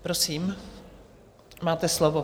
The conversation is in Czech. Prosím, máte slovo.